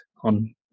on